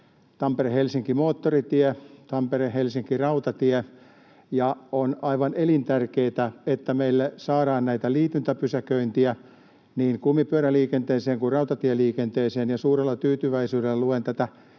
Tampere—Helsinki-moottoritie, Tampere—Helsinki-rautatie, ja on aivan elintärkeätä, että meille saadaan liityntäpysäköintiä niin kumipyöräliikenteeseen kuin rautatieliikenteeseen. Suurella tyytyväisyydellä luen